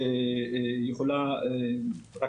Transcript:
שיכולה רק